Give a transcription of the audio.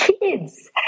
kids